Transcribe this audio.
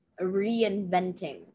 reinventing